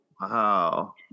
Wow